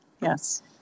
Yes